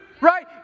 right